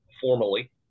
formally